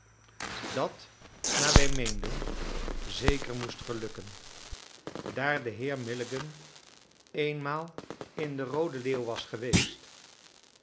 dat naar wij meenden zeker moest gelukken daar de heer milligan eenmaal in de roode leeuw was geweest